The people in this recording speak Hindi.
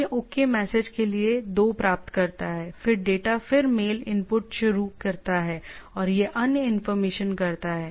यह ओके मैसेज के लिए 2 प्राप्त करता है फिर डेटा फिर मेल इनपुट शुरू करता है और यह अन्य इंफॉर्मेशन करता है